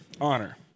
honor